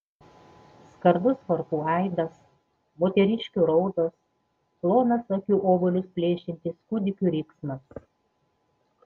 skardus varpų aidas moteriškių raudos plonas akių obuolius plėšiantis kūdikių riksmas